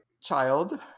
Child